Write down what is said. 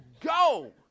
go